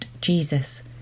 Jesus